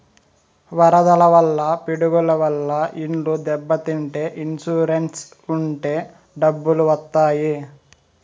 వరదల వల్ల పిడుగుల వల్ల ఇండ్లు దెబ్బతింటే ఇన్సూరెన్స్ ఉంటే డబ్బులు వత్తాయి